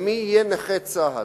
מי יהיה נכה צה"ל.